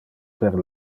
per